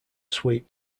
sweep